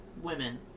women